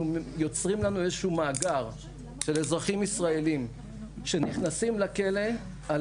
יוצרים לנו מאגר של אזרחים ישראלים שנכנסים לכלא על